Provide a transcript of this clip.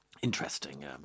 Interesting